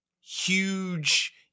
huge